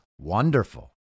wonderful